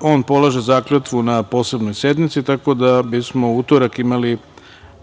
on polaže zakletvu na Posebnoj sednici, tako da bismo u utorak imali